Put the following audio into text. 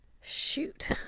Shoot